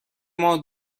ماه